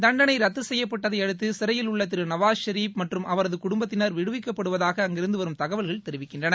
தண்டனை ரத்து செய்யப்பட்டதை அடுத்து சிறையில் உள்ள திரு நவாஸ் ஷெரீப் மற்றும் அவரது குடும்பத்தினர் விடுவிக்கப்படுவதாக அங்கிருந்து வரும் தகவல்கள் தெரிவிக்கின்றன